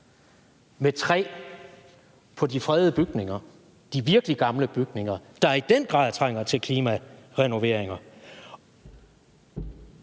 med tre på de fredede bygninger – de virkelig gamle bygninger, der i den grad trænger til klimarenoveringer.